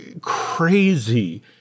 crazy